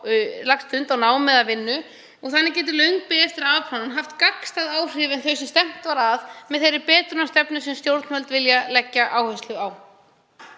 lagt stund á nám eða vinnu. Þannig getur löng bið eftir afplánun haft gagnstæð áhrif en þau sem stefnt var að með þeirri betrunarstefnu sem stjórnvöld vilja leggja áherslu á.